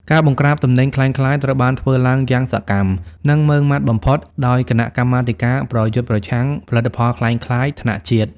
ការបង្ក្រាបទំនិញក្លែងក្លាយត្រូវបានធ្វើឡើងយ៉ាងសកម្ម និងម៉ឺងម៉ាត់បំផុតដោយ "គណៈកម្មាធិការប្រយុទ្ធប្រឆាំងផលិតផលក្លែងក្លាយ" ថ្នាក់ជាតិ។